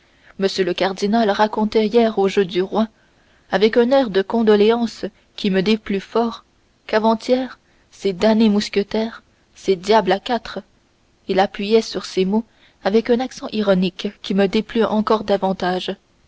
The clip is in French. m le cardinal racontait hier au jeu du roi avec un air de condoléance qui me déplut fort quavant hier ces damnés mousquetaires ces diables à quatre il appuyait sur ces mots avec un accent ironique qui me déplut encore davantage